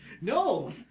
No